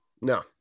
No